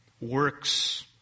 Works